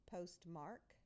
Postmark